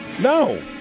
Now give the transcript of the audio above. No